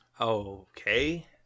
Okay